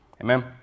Amen